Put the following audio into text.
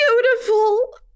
beautiful